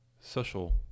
social